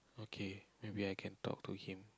okay maybe I can talk to him